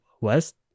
west